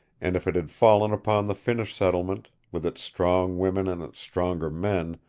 and if it had fallen upon the finnish settlement, with its strong women and its stronger men,